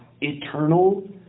eternal